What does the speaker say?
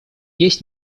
есть